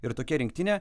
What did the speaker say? ir tokia rinktinė